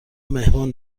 مهمان